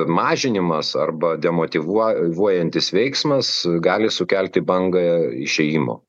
mažinimas arba demotyvuo vuojantis veiksmas gali sukelti bangą išėjimo